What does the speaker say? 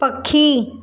पखी